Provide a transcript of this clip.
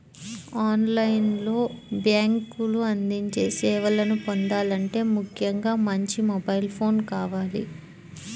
on line లో బ్యేంకులు అందించే సేవలను పొందాలంటే ముఖ్యంగా మంచి మొబైల్ ఫోన్ కావాలి